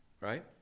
right